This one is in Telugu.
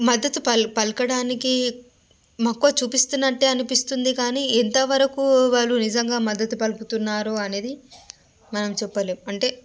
మద్దతు పల్ పలకడానికి మక్కువ చూపిస్తున్నట్టే అనిపిస్తుంది కానీ ఎంతవరకు వాళ్ళు నిజంగా మద్ధతు పలుకుతున్నారు అనేది మనం చెప్పలేం అంటే